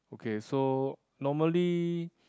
okay so normally